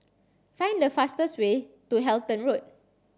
find the fastest way to Halton Road